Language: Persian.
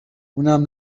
اونم